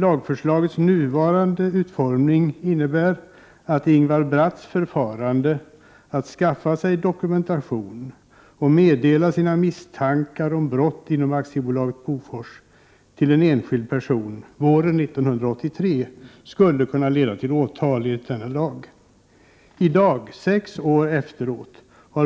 Lagförslagets nuvarande utformning innebär ju att Ingvar Bratts förfarande när det gäller att skaffa dokumentation och att meddela sina misstankar om brott inom AB Bofors till en enskild person våren 1983 skulle kunna bli åtalbart enligt denna lag.